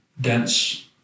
dense